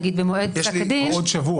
נגיד במועד פסק הדין,